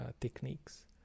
techniques